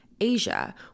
Asia